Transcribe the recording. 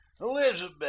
Elizabeth